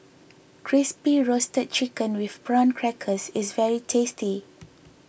Crispy Roasted Chicken with Prawn Crackers is very tasty